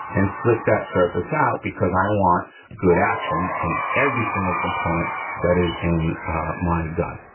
and slick that surface out, because i want good action in every single component that is in my gun.